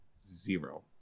Zero